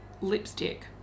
lipstick